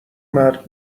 مرد